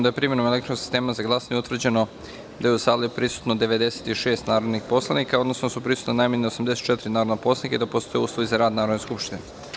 da je primenom elektronskog sistema za glasanje utvrđeno da je u sali prisutno 96 narodnih poslanika, odnosno da je prisutna najmanje 84 narodna poslanika i da postoje uslovi zarad Narodne skupštine.